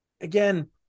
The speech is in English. Again